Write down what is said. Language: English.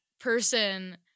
person